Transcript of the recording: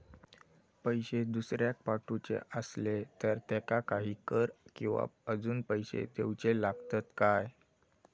पैशे दुसऱ्याक पाठवूचे आसले तर त्याका काही कर किवा अजून पैशे देऊचे लागतत काय?